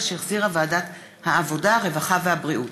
2017, שהחזירה ועדת העבודה, הרווחה והבריאות.